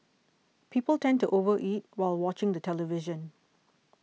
people tend to over eat while watching the television